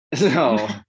No